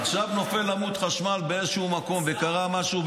עכשיו נופל עמוד חשמל באיזשהו מקום וקרה משהו,